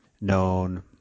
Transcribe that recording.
known